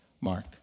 mark